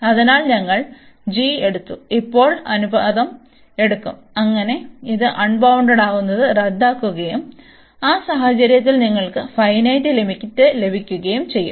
അതിനാൽ ഞങ്ങൾ g എടുത്തു ഇപ്പോൾ അനുപാതം എടുക്കും അങ്ങനെ ഇത് അൺബൌൺണ്ടഡാക്കുന്നത് റദ്ദാക്കുകയും ആ സാഹചര്യത്തിൽ നിങ്ങൾക്ക് ഫൈനെറ്റ് ലിമിറ്റ് ലഭിക്കുകയും ചെയ്യും